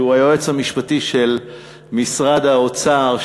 שהוא היועץ המשפטי של משרד האוצר,